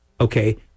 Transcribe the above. okay